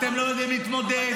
אתם לא יודעים להתמודד.